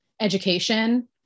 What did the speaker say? education